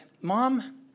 mom